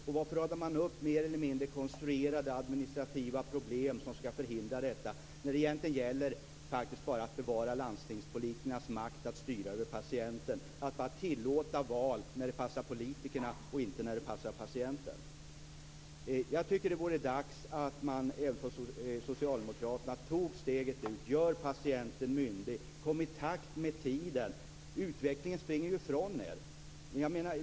Varför radar man upp mer eller mindre konstruerade administrativa problem som skall förhindra detta när det egentligen bara handlar om att bevara landstingspolitikernas makt att styra över patienten? Man tillåter val bara när det passar politikerna och inte när det passar patienten. Det är dags att socialdemokraterna tar steget fullt ut och gör patienten myndig. Kom i takt med tiden! Utvecklingen springer ju ifrån er.